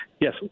Yes